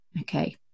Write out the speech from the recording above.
okay